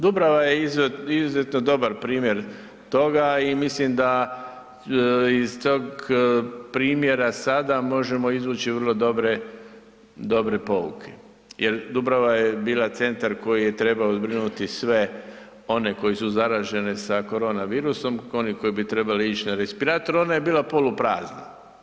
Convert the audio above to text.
Dubrava je izuzetno dobar primjer toga i mislim da iz tog primjera sada možemo izvući vrlo dobre pouke jer Dubrava je bila centar koji je trebao zbrinuti sve one koje su zaražene sa koronavirusom, oni koji bi trebali ići na respirator, ona je bila poluprazna.